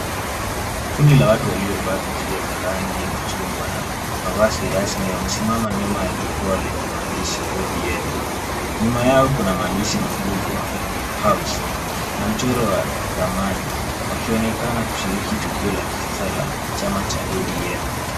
Kundi la watu waliovaa kofia za rangi ya machungwa na mavazi rasmi wamesimama nyuma ya jukwaa lenye maandishi ODM . Nyuma yao kuna maandishi makubwa house na mchoro wa ramani wakionekana kushiriki tukio la kisasa la chama cha ODM .